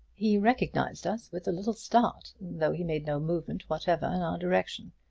he recognized us with a little start, though he made no movement whatever in our direction.